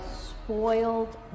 spoiled